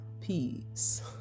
Peace